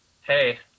hey